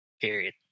Period